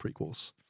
prequels